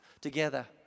together